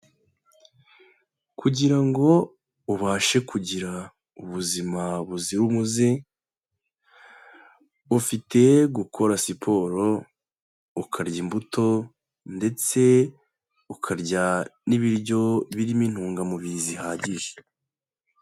Kugira ngo ubashe kugira ubuzima buzira umuze, ufite gukora siporo, ukarya imbuto, ndetse ukarya n'ibiryo birimo intungamubiri zihagije.